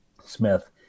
Smith